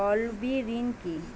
তলবি ঋন কি?